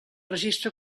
registre